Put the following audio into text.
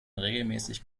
regelmäßig